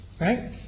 right